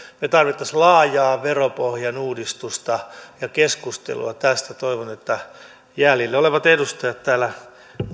me tarvitsisimme laajaa veropohjan uudistusta ja keskustelua tästä toivon että jäljellä olevat edustajat täällä